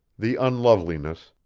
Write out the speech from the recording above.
the unloveliness,